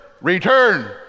return